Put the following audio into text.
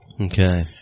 Okay